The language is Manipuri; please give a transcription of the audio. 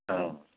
ꯑ